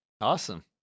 Awesome